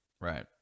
Right